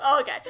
Okay